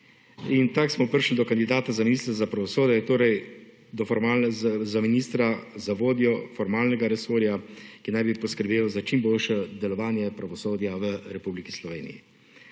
in tako smo prišli do kandidata za ministra za pravosodje torej do formalno za ministra za vodjo formalnega resorja, ki naj bi poskrbel za čim boljše delovanje pravosodja v Republiki Sloveniji.